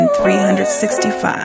365